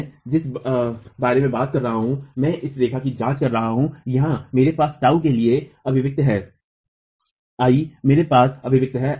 मैं जिस बारे में बात कर रहा हूं मैं इस रेखा की जांच कर रहा हूं यहां मेरे पास τटाऊ के लिए अभिव्यक्ति है I आई मेरे पास अभिव्यक्ति है